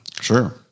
sure